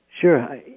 Sure